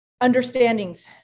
understandings